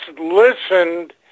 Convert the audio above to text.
listened